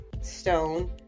stone